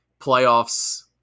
playoffs